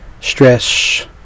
stress